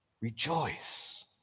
Rejoice